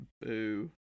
boo